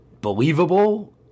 believable